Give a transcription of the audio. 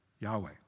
Yahweh